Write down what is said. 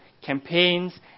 campaigns